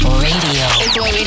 radio